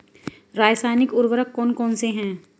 रासायनिक उर्वरक कौन कौनसे हैं?